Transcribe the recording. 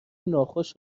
ناخوش